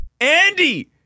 Andy